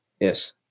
Yes